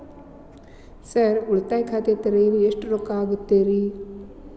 Sir ಉಳಿತಾಯ ಖಾತೆ ತೆರೆಯಲು ಎಷ್ಟು ರೊಕ್ಕಾ ಆಗುತ್ತೇರಿ?